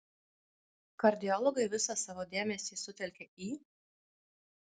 kardiologai visą savo dėmesį sutelkia į